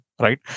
right